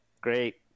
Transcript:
Great